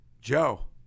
Joe